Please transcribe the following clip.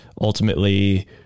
ultimately